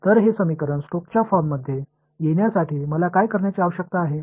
तर हे समीकरण स्टोक्सच्या फॉर्ममध्ये येण्यासाठी मला काय करण्याची आवश्यकता आहे